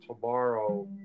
tomorrow